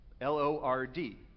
L-O-R-D